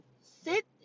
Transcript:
sit